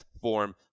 form